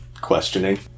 questioning